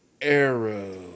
Arrow